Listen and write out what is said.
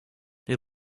they